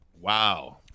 Wow